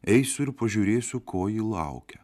eisiu ir pažiūrėsiu ko ji laukia